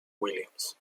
williams